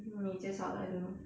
你介绍的 I don't know